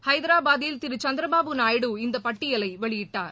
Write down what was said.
ஐதாரபாதில் Thiru Chandrababu Naidu இந்தபட்டியலைவெளியிட்டார்